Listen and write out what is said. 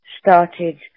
started